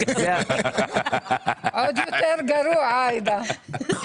עוד יותר גרוע, עאידה.